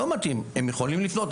הם יכולים לפנות.